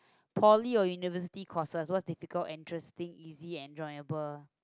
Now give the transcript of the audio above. Poly or University courses what's difficult interesting easy enjoyable